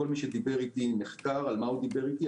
כל מי שדיבר איתי נחקר על מה הוא דיבר איתי.